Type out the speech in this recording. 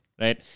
right